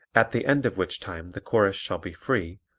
at the end of which time the chorus shall be free,